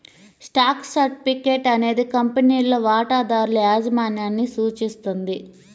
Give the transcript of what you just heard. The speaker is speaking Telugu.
స్టాక్ సర్టిఫికేట్ అనేది కంపెనీలో వాటాదారుల యాజమాన్యాన్ని సూచిస్తుంది